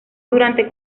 durante